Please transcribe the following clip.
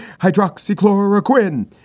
hydroxychloroquine